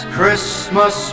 Christmas